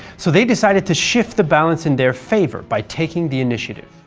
so they decided to shift the balance in their favour by taking the initiative.